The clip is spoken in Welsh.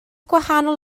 gwahanol